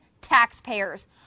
taxpayers